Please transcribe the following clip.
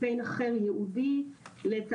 ופה אנחנו שמים דגש על הכשרות בשיתוף מעסיקים.